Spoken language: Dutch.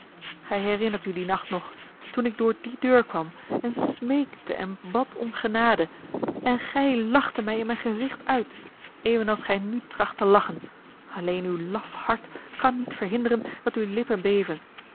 gij herinnert u dien nacht nog toen ik door die deur kwam en smeekte en bad om genade en gij lachte mij in mijn gezicht uit evenals gij nu tracht te lachen alleen uw laf hart kan niet verhinderen dat uw lippen beven